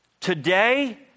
Today